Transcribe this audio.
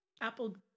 apple